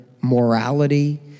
morality